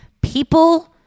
people